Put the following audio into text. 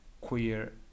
queer